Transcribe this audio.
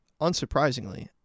unsurprisingly